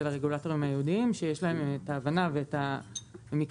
לרגולטורים הייעודיים שיש להם את ההבנה ואת המקצועיות.